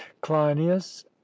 cleinias